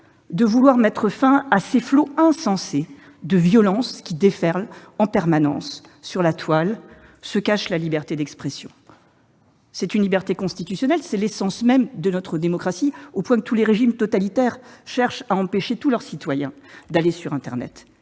de mettre fin à ces flots insensés de violence qui déferlent en permanence sur la toile se cache la liberté d'expression. C'est une liberté constitutionnelle, c'est l'essence même de notre démocratie, au point que tous les régimes totalitaires cherchent à empêcher leurs citoyens d'aller sur internet.